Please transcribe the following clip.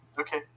Okay